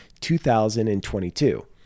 2022